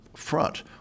front